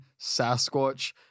Sasquatch